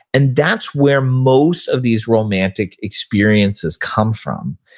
and that's where most of these romantic experiences come from.